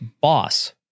Boss